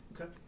Okay